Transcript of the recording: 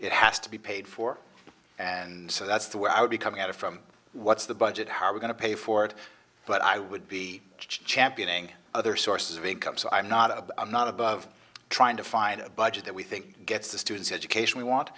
it has to be paid for and so that's the way i would be coming out of from what's the budget how are we going to pay for it but i would be championing other sources of income so i'm not a i'm not above trying to find a budget that we think gets the student's education we want